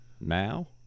Now